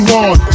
one